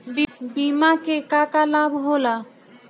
बिमा के का का लाभ होला?